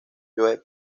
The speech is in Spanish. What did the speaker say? joe